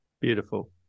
Beautiful